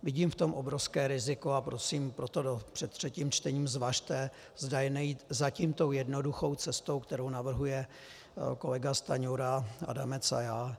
Vidím v tom obrovské riziko a prosím proto, před třetím čtením zvažte, zda nejít zatím tou jednoduchou cestou, kterou navrhuje kolega Stanjura, Adamec a já.